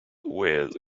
with